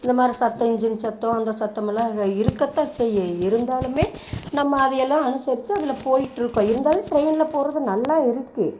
இந்த மாதிரி சத்தம் இன்ஜின் சத்தம் அந்த சத்தம் எல்லாம் அங்கே இருக்கத்தான் செய்யும் இருந்தாலுமே நம்ம அதை எல்லாம் அனுசரித்து அதில் போயிட்டுருக்கோம் இருந்தாலும் ட்ரெயினில் போகிறது நல்லா இருக்குது